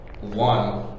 one